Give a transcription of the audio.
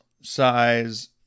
Size